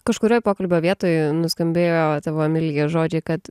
kažkurioj pokalbio vietoj nuskambėjo tavo emilija žodžiai kad